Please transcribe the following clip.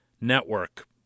Network